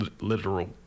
literal